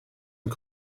und